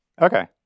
Okay